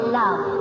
love